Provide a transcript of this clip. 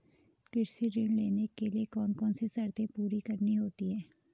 कृषि ऋण लेने के लिए कौन कौन सी शर्तें पूरी करनी होती हैं?